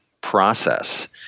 process